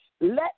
Let